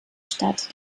stadt